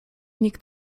nikt